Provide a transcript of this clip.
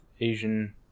Asian